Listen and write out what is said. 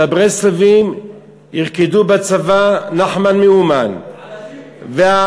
שהברסלבים ירקדו בצבא "נחמן מאומן" על הג'יפים.